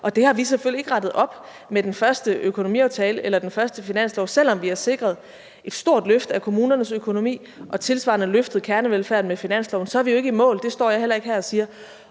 og det har vi selvfølgelig ikke fået rettet op på med den første økonomiaftale eller den første finanslov. Selv om vi har sikret et stort løft af kommunernes økonomi og tilsvarende løftet kernevelfærden med finansloven, så er vi jo ikke i mål, og det står jeg heller ikke her og siger.